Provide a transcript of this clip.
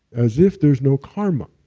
as if there's no karma.